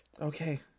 Okay